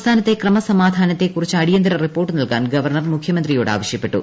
സംസ്ഥ്ഉന്ത്തെ ക്രമസമാധാനത്തെ കുറിച്ച് അടിയന്തര റിപ്പോർട്ട് നൃത്ത്കാൻ ഗവർണർ മുഖ്യമന്ത്രിയോട് ആവശ്യപ്പെട്ടു